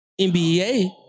NBA